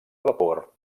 vapor